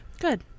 Good